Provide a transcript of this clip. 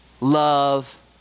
love